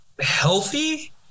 healthy